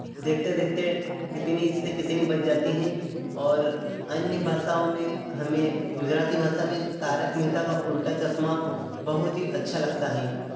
देखते देखते कितनी इससे कितनी बच जाती है और अन्य भाषाओं में हमें गुजराती भाषा में तारक मेहता का उल्टा चश्मा बहुत ही अच्छा लगता है